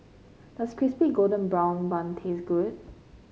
does Crispy Golden Brown Bun taste good